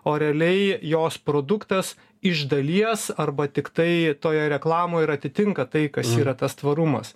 o realiai jos produktas iš dalies arba tiktai toje reklamoje ir atitinka tai kas yra tas tvarumas